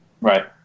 right